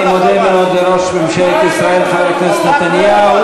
אני מודה מאוד לראש ממשלת ישראל מר בנימין נתניהו,